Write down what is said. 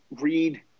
read